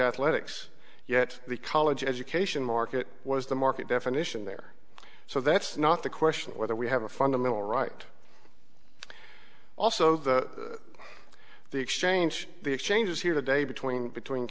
athletics yet the college education market was the market definition there so that's not the question of whether we have a fundamental right also the the exchange the exchanges here the day between between